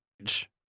age